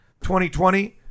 2020